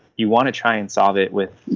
you want to try and solve it with,